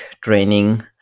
training